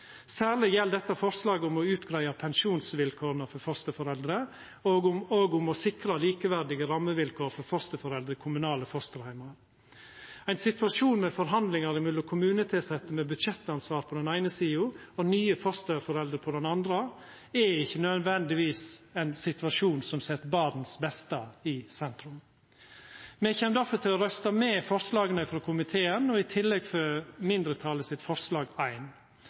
Særleg gjeld dette forslaget om å utgreia pensjonsvilkåra for fosterforeldre og om å sikra likeverdige rammevilkår for fosterforeldre i kommunale fosterheimar. Ein situasjon med forhandlingar mellom kommunetilsette med budsjettansvar på den eine sida og nye fosterforeldre på den andre, er ikkje nødvendigvis ein situasjon som set barns beste i sentrum. Me kjem derfor til å røysta med forslaga frå komiteen og i tillegg for forslag nr. 1, frå mindretalet.